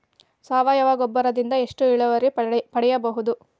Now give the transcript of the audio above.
ಸಾವಯವ ಗೊಬ್ಬರದಿಂದ ಎಷ್ಟ ಇಳುವರಿ ಪಡಿಬಹುದ?